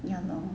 ya lor